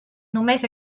només